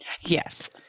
Yes